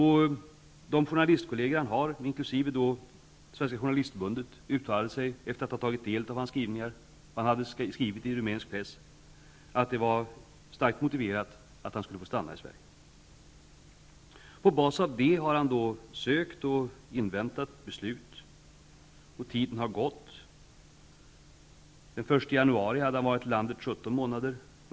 Hans journalistkolleger inkl. Svenska journalistförbundet uttalade efter att ha tagit del av vad han hade skrivit i rumänsk press att det var starkt motiverat att han skulle få stanna i Sverige. På basen av det har han sökt och inväntat beslut. Tiden har gått. Den 1 januari hade han varit i landet i drygt 17 månader.